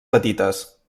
petites